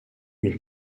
une